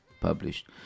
published